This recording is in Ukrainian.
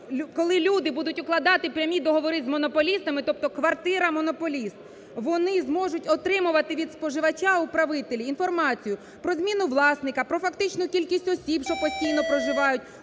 коли люди будуть укладати прямі договори з монополістами, тобто: квартира–монополіст, вони зможуть отримувати від споживача, управителі, інформацію про зміну власника. Про фактичну кількість осіб, що постійно проживають,